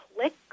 Click